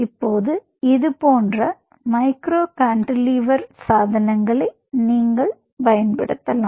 இப்போது இதுபோன்ற micro cantilever சாதனங்களை நீங்கள் பயன்படுத்தலாம்